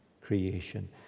creation